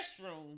restroom